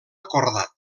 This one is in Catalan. acordat